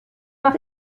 nach